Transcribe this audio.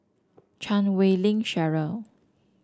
Chan Wei Ling Cheryl